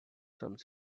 some